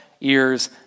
ears